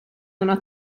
una